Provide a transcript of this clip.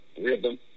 rhythm